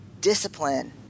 discipline